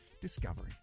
Discovery